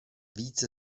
více